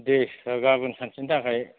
दे गाबोन सानसेनि थाखाय